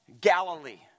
Galilee